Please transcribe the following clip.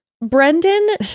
Brendan